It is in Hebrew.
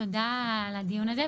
תודה על הדיון הזה.